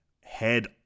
head